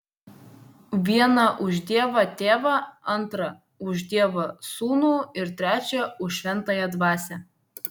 vieną už dievą tėvą antrą už dievą sūnų ir trečią už šventąją dvasią